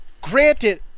Granted